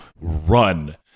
run